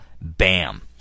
Bam